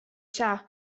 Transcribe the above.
saa